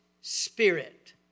spirit